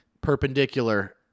perpendicular